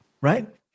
right